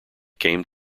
came